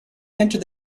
entered